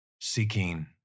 seeking